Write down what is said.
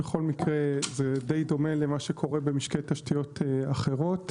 בכל מקרה זה די דומה למה שקורה במשקי תשתיות אחרות.